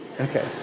Okay